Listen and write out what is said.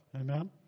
Amen